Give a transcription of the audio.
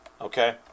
okay